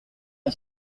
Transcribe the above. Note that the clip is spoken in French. est